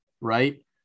right